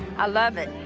i love it!